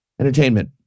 Entertainment